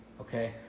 Okay